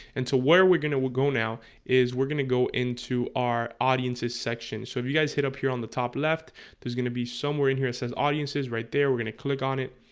and so what are we gonna? we'll go now is we're gonna go into our audiences section so if you guys hit up here on the top left there's gonna be somewhere in here that says audiences right there we're gonna click on it,